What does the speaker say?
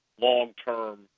long-term